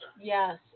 yes